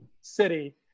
city